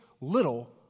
little